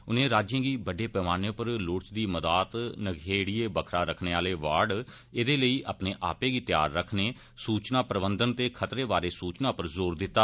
उनें राज्यें गी बडडे पैमाने पर लोड़चदी मदाद नखेड़िये बक्खरा रखने आहले वार्ड एहदे लेई अपने आपै गी त्यार रखने सूचना प्रबंधन ते खतरे बारै सूचना पर जोर दिता